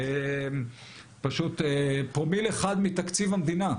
קצת יותר מפרומיל אחד מתקציב המדינה,